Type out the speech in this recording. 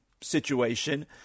situation